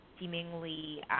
seemingly